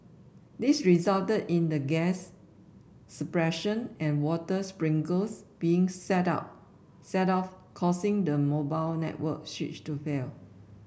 this resulted in the gas suppression and water sprinklers being set off set off causing the mobile network switch to fail